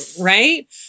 Right